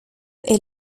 est